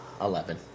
Eleven